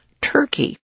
Turkey